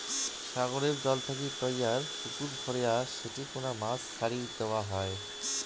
সাগরের জল থাকি তৈয়ার পুকুর ভরেয়া সেটি কুনা মাছ ছাড়ি দ্যাওয়ৎ হই